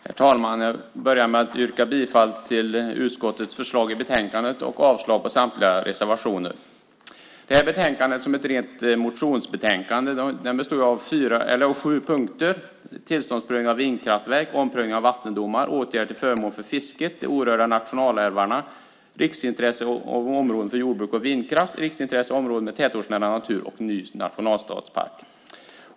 Herr talman! Jag börjar med att yrka bifall till utskottets förslag i betänkandet och avslag på samtliga reservationer. Detta betänkande som är ett rent motionsbetänkande består av sju punkter, nämligen tillståndsprövningen av vindkraftverk, omprövning av vattendomar, åtgärder till förmån för fisket, de orörda nationalälvarna, riksintresse av områden för jordbruk och vindkraft, riksintresse av områden med tätortsnära natur samt ny nationalstadspark.